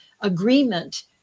agreement